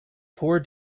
poor